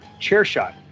CHAIRSHOT